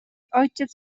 ojciec